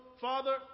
Father